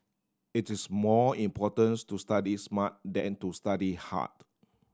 it is more importance to study smart than to study hard